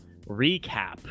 recap